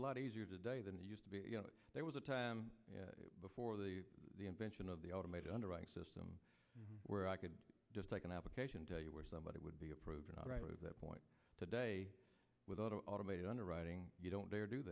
a lot easier today than it used to be there was a time before the invention of the automated underwriting system where i could just take an application tell you where somebody would be approving that point today without an automated underwriting you don't dare do